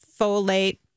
folate